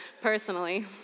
personally